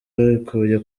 babikuye